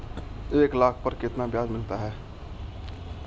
एक लाख पर कितना ब्याज मिलता है?